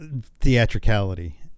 theatricality